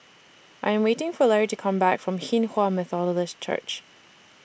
I'm waiting For Lary to Come Back from Hinghwa Methodist Church